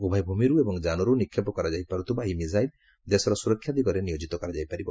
ଉଭୟ ଭୂମିରୁ ଏବଂ ଯାନରୁ ନିକ୍ଷେପ କରାଯାଇପାରୁଥିବା ଏହି ମିଶାଇଲ ଦେଶର ସୁରକ୍ଷା ଦିଗରେ ନିୟୋଜିତ କରାଯାଇପାରିବ